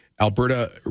Alberta